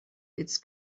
its